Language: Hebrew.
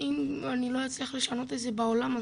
אם אני לא אצליח לשנות את זה בעולם,